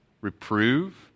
Reprove